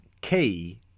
Key